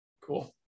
Cool